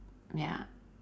ya